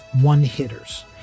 one-hitters